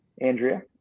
Andrea